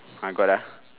ah got uh